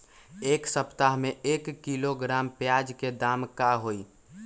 एक सप्ताह में एक किलोग्राम प्याज के दाम का होई?